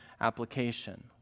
application